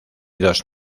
dos